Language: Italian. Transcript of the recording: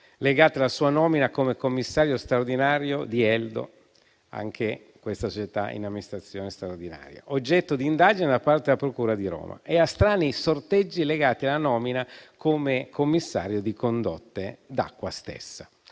legate alla sua nomina come commissario straordinario di Eldo (società anch'essa in amministrazione straordinaria), oggetto di indagine da parte della procura di Roma, e agli strani sorteggi correlati alla sua nomina come commissario di Condotte d'Acqua,